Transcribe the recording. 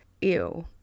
Ew